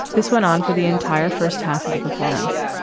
this went on for the entire first half of the performance.